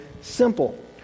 simple